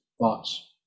thoughts